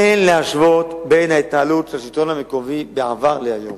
אין להשוות את ההתנהלות של השלטון המקומי בעבר והיום.